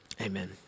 Amen